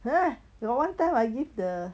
!huh! got one time I give the